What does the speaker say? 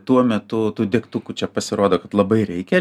tuo metu tų degtukų čia pasirodo kad labai reikia